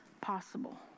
possible